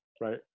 Right